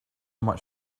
much